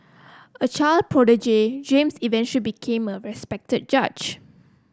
a child prodigy James eventually became a respected judge